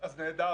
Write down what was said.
אז נהדר,